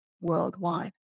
worldwide